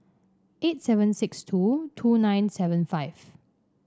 eight seven six two two nine seven five